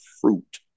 fruit